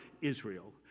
Israel